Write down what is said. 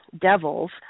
devils